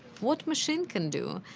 what machine can do,